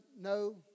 no